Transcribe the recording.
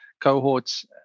cohorts